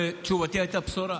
בתשובתי הייתה בשורה.